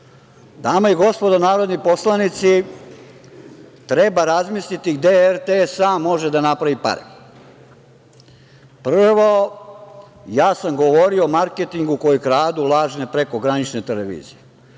i gospodo narodni poslanici, treba razmisliti gde RTS sam može da napravi pare. Prvo, ja sam govorio o marketingu koji kradu lažne prekogranične televizije.